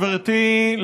גברתי,